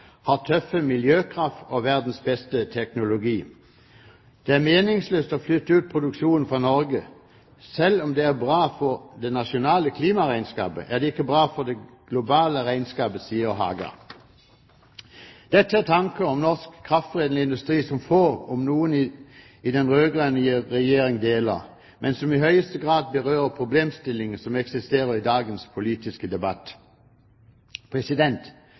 tøffe miljøkrav og verdens beste teknologi. Det er meningsløst å flytte ut produksjonen fra Norge. Selv om det er bra for det nasjonale klimaregnskapet, er det ikke bra for det globale regnskapet, sier Haga. Dette er tanker om norsk kraftforedlende industri som få – om noen – i den rød-grønne regjeringen deler, men som i høyeste grad berører problemstillingen som eksisterer i dagens politiske debatt.